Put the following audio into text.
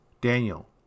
Daniel